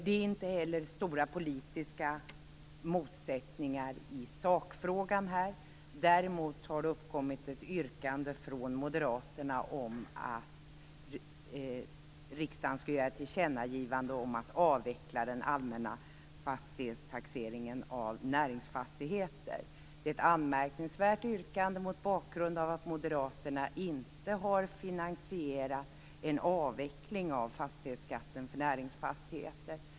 Det råder inte heller stora politiska motsättningar i sakfrågan. Däremot har det uppkommit ett yrkande från moderaterna om att riksdagen skall göra ett tillkännagivande om att avveckla den allmänna fastighetstaxeringen av näringsfastigheter. Det är ett anmärkningsvärt yrkande mot bakgrund av att moderaterna inte har finansierat en avveckling av fastighetsskatten för näringsfastigheter.